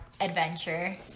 adventure